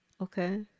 okay